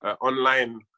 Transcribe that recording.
online